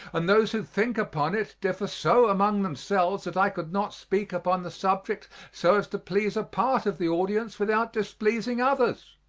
and those who think upon it differ so among themselves that i could not speak upon the subject so as to please a part of the audience without displeasing others.